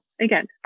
Again